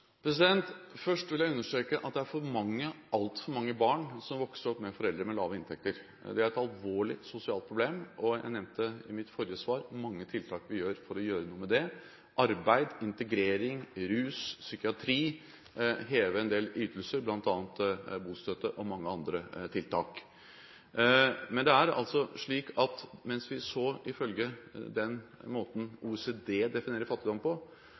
Først vil jeg understreke at det er altfor mange barn som vokser opp med foreldre med lave inntekter. Det er et alvorlig sosialt problem, og jeg nevnte i mitt forrige svar mange tiltak vi gjør for å gjøre noe med det: arbeid, integrering, rus, psykiatri, heve en del ytelser, bl.a. bostøtte, og mange andre tiltak. Men det er slik at ifølge den måten OECD definerer fattigdom på,